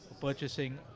purchasing